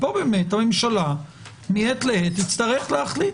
פה הממשלה מעת לעת תצטרך להחליט.